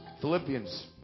Philippians